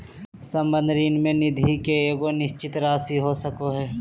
संबंध ऋण में निधि के एगो निश्चित राशि हो सको हइ